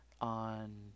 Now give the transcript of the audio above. on